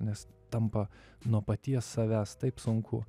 nes tampa nuo paties savęs taip sunku